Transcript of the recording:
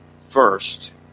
first